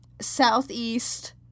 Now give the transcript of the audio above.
southeast